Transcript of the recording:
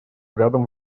рядом